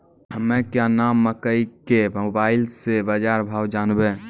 हमें क्या नाम मकई के मोबाइल से बाजार भाव जनवे?